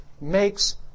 makes